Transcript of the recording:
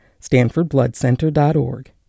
StanfordBloodCenter.org